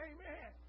Amen